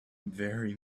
very